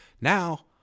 Now